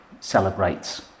celebrates